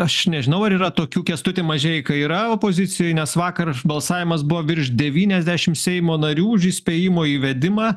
aš nežinau ar yra tokių kęstut mažeiką yra opozicijoj nes vakar balsavimas buvo virš devyniasdešim seimo narių už įspėjimo įvedimą